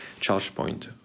ChargePoint